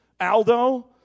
Aldo